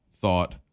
thought